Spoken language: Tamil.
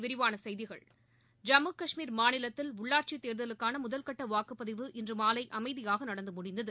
விரிவான செய்திகள் ஜம்மு காஷ்மீர் மாநிலத்தில் உள்ளாட்சி தேர்தலுக்கான முதல்கட்ட வாக்குப் பதிவு இன்று மாலை அமைதியாக நடந்து முடிந்தது